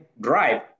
drive